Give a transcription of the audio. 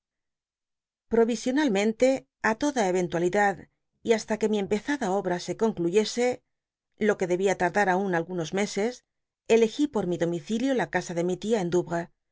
provisionalmente ii toda ey entualidad y basta que mi empezada obra se concluyese lo que debía tardar aun algunos meses elegí pqr mi domicilio la casa de mi tia en n